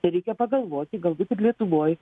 tai reikia pagalvoti galbūt ir lietuvoj